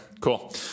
cool